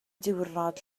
diwrnod